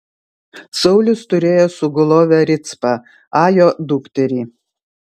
saulius turėjo sugulovę ricpą ajo dukterį